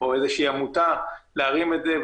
או איזושהי עמותה להרים את זה,